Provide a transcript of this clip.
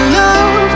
love